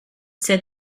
said